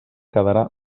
quedarà